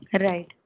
Right